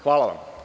Hvala vam.